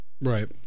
Right